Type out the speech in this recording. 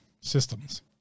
systems